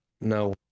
No